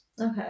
Okay